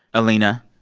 alina.